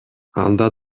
анда